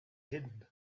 hidden